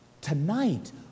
tonight